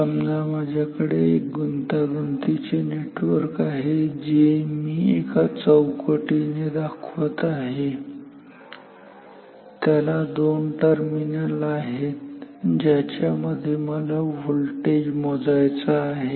समजा माझ्याकडे एक गुंतागुंतीचे नेटवर्क आहे जे मी एका चौकटीने दाखवत आहे आणि त्याला दोन टर्मिनल आहेत ज्याच्या मध्ये मला व्होल्टेज मोजायचा आहे